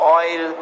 oil